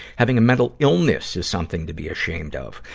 having a mental illness is something to be ashamed of.